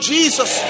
Jesus